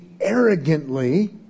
arrogantly